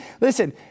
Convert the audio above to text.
Listen